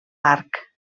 arc